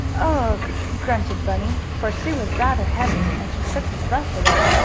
ugh! grunted bunny, for sue was rather heavy and she took his breath away.